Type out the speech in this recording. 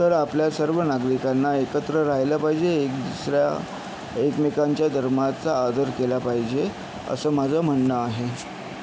तर आपल्या सर्व नागरिकांना एकत्र रहायला पाहिजे एक दुसऱ्या एकमेकांच्या धर्माचा आदर केला पाहिजे असं माझं म्हणणं आहे